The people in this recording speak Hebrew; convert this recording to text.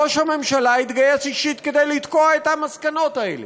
ראש הממשלה התגייס אישית כדי לתקוע את המסקנות האלה.